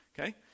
Okay